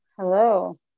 Hello